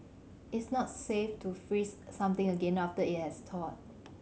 it's not safe to freeze something again after it has thawed